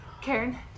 Karen